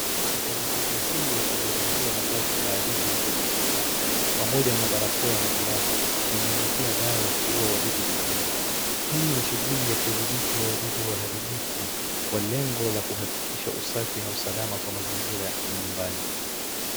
Mfanyakazi huyu amevalia mavazi maalum ya kujikinga pamoja na barakoa na glavu akinyyunyizi dawa ya kuu wadudu jikoni. Hii ni shughuli ya kudhibiti wadudu waharibifu kwa lengo la kuhakikisha usafi na usalama kwa mazingira nyumbani.